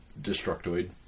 Destructoid